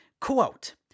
quote